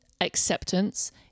acceptance